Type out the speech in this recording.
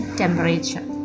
temperature